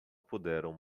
puderam